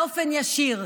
באופן ישיר.